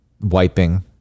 wiping